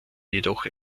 jedoch